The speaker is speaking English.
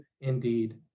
Indeed